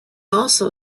also